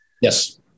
Yes